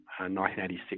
1986